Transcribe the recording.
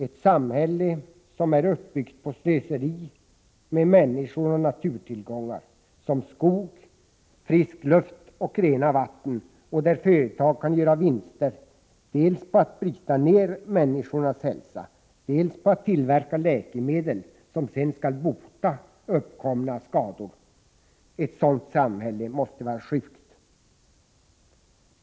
Ett samhälle som är uppbyggt på slöseri med människor och naturtillgångar som skog, frisk luft och rena vatten och där företag kan göra vinster dels på att bryta ner människornas hälsa, dels på att tillverka läkemedel som sedan skall bota uppkomna skador måste vara sjukt.